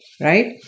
right